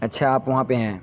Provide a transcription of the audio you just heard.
اچھا آپ وہاں پہ ہیں